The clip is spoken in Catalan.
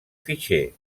fitxer